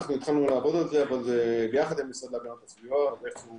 אנחנו התחלנו לעבוד על זה ביחד עם המשרד להגנת הסביבה אבל זה איך שהוא